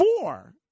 Four